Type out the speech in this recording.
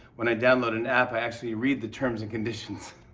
when i download an app, i actually read the terms and conditions.